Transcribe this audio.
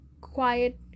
quiet